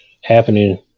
happening